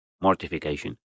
mortification